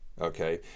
okay